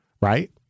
Right